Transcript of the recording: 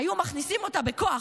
היו מכניסים אותה בכוח,